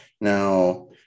Now